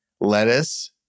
lettuce